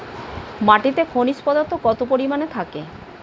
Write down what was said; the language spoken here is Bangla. মাটিতে খনিজ পদার্থ কত পরিমাণে থাকে?